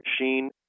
machine